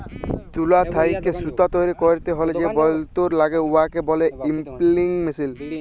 তুলা থ্যাইকে সুতা তৈরি ক্যইরতে হ্যলে যে যল্তর ল্যাগে উয়াকে ব্যলে ইস্পিলিং মেশীল